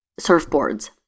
surfboards